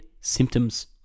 symptoms